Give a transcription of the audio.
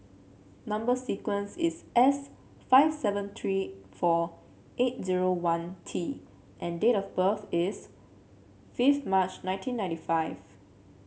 number sequence is S five seven three four eight zero one T and date of birth is five March nineteen ninety five